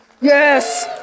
Yes